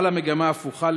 חלה מגמה הפוכה,